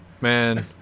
man